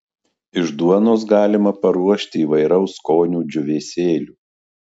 iš duonos galima paruošti įvairaus skonio džiūvėsėlių